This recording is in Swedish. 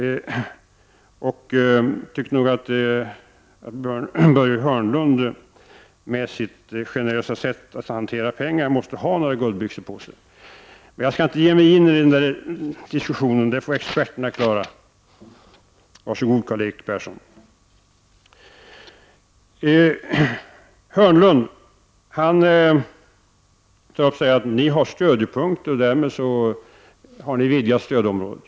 Jag tyckte nog att Börje Hörnlund med sitt generösa sätt att hantera pengar måste ha några guldbyxor på sig. Men jag skall inte ge mig in i denna diskussion. Den får experterna klara av. Var så god, Karl-Erik Persson. Börje Hörnlund sade att vi har stödjepunkter och att vi därmed har vidgat stödområdet.